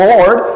Lord